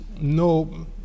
no